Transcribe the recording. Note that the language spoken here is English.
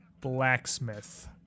blacksmith